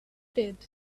did